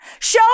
Show